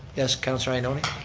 yes, councillor ioannoni.